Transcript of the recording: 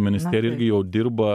ministerija irgi jau dirba